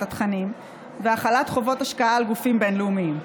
התכנים והחלת חובות השקעה על גופים בין-לאומיים.